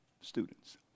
students